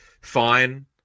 fine